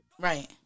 Right